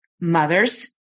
mothers